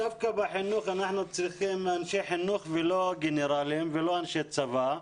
דווקא בחינוך אנחנו צריכים אנשי חינוך ולא גנרלים ולא אנשי צבא.